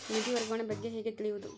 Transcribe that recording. ನಿಧಿ ವರ್ಗಾವಣೆ ಬಗ್ಗೆ ಹೇಗೆ ತಿಳಿಯುವುದು?